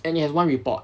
and you have one report